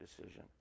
decision